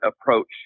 approach